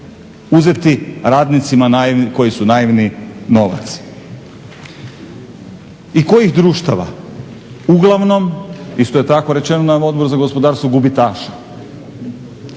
uzeti radnicima koji su naivni novac. I kojih društava? Uglavnom isto, isto je tako rečeno na Odboru za gospodarstvo gubitaša.